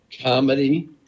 comedy